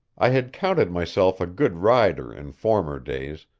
i had counted myself a good rider in former days,